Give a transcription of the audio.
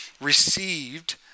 received